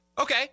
okay